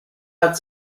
hat